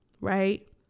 right